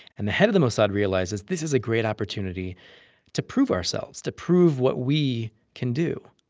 and the head of the mossad realizes, this is a great opportunity to prove ourselves to prove what we can do.